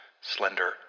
slender